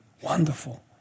Wonderful